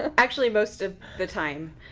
and actually most of the time.